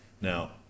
Now